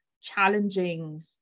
challenging